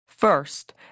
First